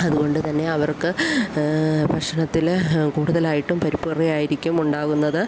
അതുകൊണ്ട് തന്നെ അവർക്ക് ഭക്ഷണത്തില് കൂടുതലായിട്ടും പരിപ്പ് കറിയായിരിക്കും ഉണ്ടാകുന്നത്